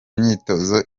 myitozo